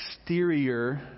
exterior